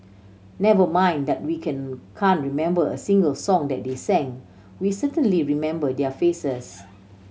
never mind that we can can't remember a single song that they sang we certainly remember their faces